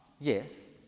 yes